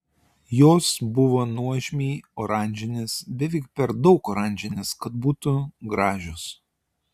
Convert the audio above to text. jos buvo nuožmiai oranžinės beveik per daug oranžinės kad būtų gražios